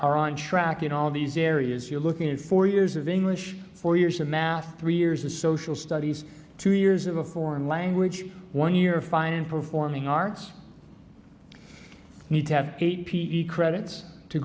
are on track in all these areas you're looking at four years of english four years of math three years of social studies two years of a foreign language one year fine in performing arts you need to have eight p e credits to